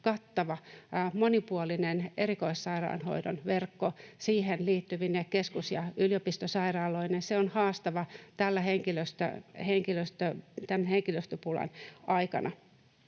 kattava, monipuolinen erikoissairaanhoidon verkko siihen liittyvine keskus‑ ja yliopistosairaaloineen. Se on haastavaa tämän henkilöstöpulan aikana.